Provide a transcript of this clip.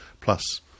plus